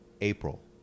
April